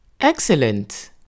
excellent